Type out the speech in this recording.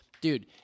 dude